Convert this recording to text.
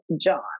John